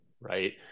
right